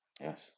Yes